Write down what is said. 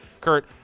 kurt